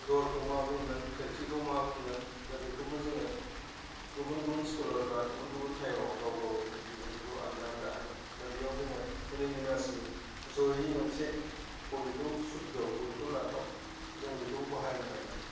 दरखौ मा बुंगोन खोरखि खौ मा बुंगोन दा बेखौबो जोुोङो बुन गुबुन स्कलार फ्रा गुबुन गुबुन टाइमाव गाव गावनि बिबुंथिखौ आलदा आलदा होदों दा बेयाव जोङो एन'निमासलि जयै मोनसे बबेखौ सुध्द' बबेखौ लाथाव जों बेखौ बाहायनांगोन